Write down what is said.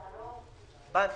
בנק.